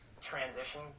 transition